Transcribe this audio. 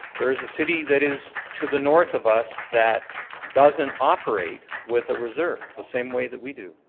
there is a city that is to the north of us that doesn't operate with a reserve. the same way that we do.